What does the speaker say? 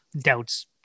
doubts